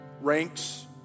ranks